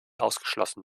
ausgeschlossen